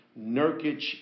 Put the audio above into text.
Nurkic